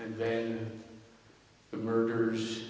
and then the murders